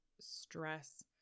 stress